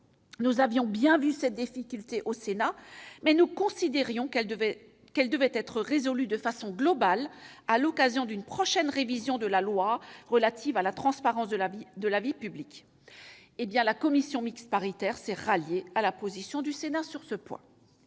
avait bien identifié cette difficulté, mais nous avons considéré que celle-ci devait être résolue de façon globale, à l'occasion d'une prochaine révision de la loi relative à la transparence de la vie publique. La commission mixte paritaire s'est ralliée à la position du Sénat sur ce point.